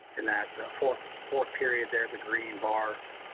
in that fourth fourth period there, the green bar,